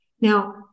Now